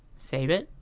save it